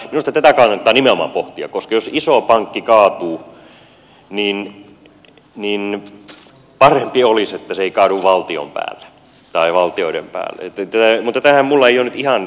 minusta tätä kannattaa nimenomaan pohtia koska jos iso pankki kaatuu niin parempi olisi että se ei kaadu valtion päälle tai valtioiden pään yhteyteen mutta tähän mulaj on päälle